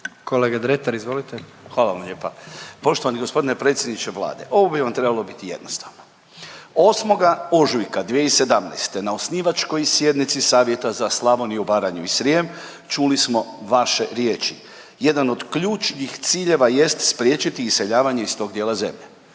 **Dretar, Davor (DP)** Hvala vam lijepa. Poštovani gospodine predsjedniče Vlade ovo bi vam trebalo biti jednostavno. 8. ožujka 2017. na osnivačkoj sjednici Savjeta za Slavoniju, Baranju i Srijem čuli smo vaše riječi. Jedan od ključnih ciljeva jest spriječiti iseljavanje iz tog dijela zemlje.